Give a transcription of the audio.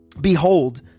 Behold